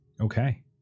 okay